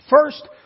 First